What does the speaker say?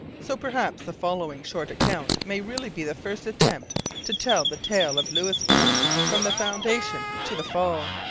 so perhaps the following short account may really be the first attempt to tell the tale of louisbourg from the foundation to the fall.